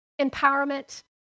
empowerment